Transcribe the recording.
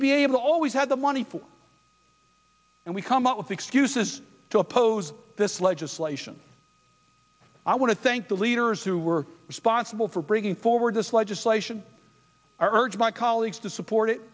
to be able always had the money and we come up with excuses to oppose this legislation i want to thank the leaders who were responsible for bringing forward this legislation urge my colleagues to support it